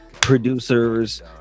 producers